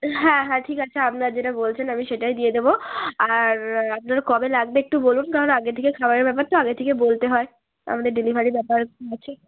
হ্যাঁ হ্যাঁ ঠিক আছে আপনার যেটা বলছেন আমি সেটাই দিয়ে দেবো আর আপনার কবে লাগবে একটু বলুন কারণ আগে থেকে খাবারের ব্যাপার তো আগে থেকে বলতে হয় আমাদের ডেলিভারির ব্যাপার আছে